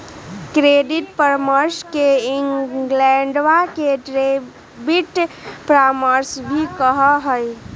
credit परामर्श के इंग्लैंडवा में डेबिट परामर्श भी कहा हई